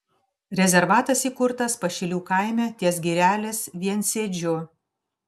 rezervatas įkurtas pašilių kaime ties girelės viensėdžiu